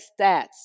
stats